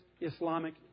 Islamic